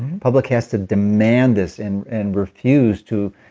public has to demand this and and refuse to,